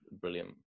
brilliant